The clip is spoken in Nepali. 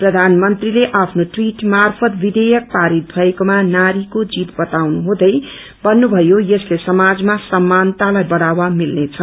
प्रधानमन्त्रीले आफ्नो ट्वीट मार्फत विषेयक पारित भएकोमा नारीको जीत बताउनुहुँदै भन्नुभयो यसले समाजमा सम्मानतालाई बढ़ावा मिल्नेछ